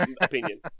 opinion